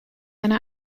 einer